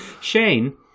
Shane